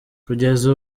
kugeza